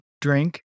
drink